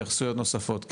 התייחסויות נוספות.